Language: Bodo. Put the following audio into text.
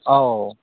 औ